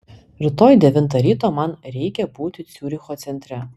rytoj devintą ryto man reikia būti ciuricho centre